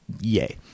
yay